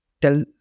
tell